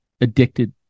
addicted